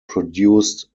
produced